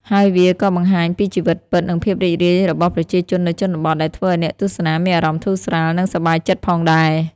ហើយវាក៏បង្ហាញពីជីវិតពិត និងភាពរីករាយរបស់ប្រជាជននៅជនបទ ដែលធ្វើឱ្យអ្នកទស្សនាមានអារម្មណ៍ធូរស្រាល និងសប្បាយចិត្តផងដែរ។